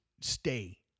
stay